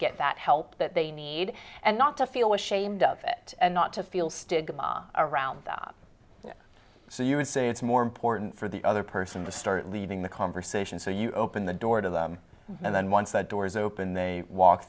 get that help that they need and not to feel ashamed of it and not to feel stigma around them so you assume it's more important for the other person to start leaving the conversation so you open the door to them and then once the doors open they walk